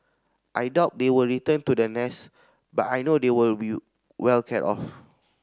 I doubt they will return to the nest but I know they will well cared of